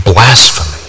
Blasphemy